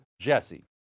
JESSE